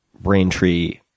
Braintree